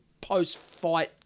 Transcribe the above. post-fight